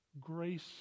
grace